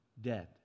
dead